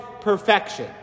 perfection